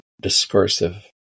discursive